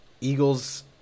Eagles